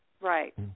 Right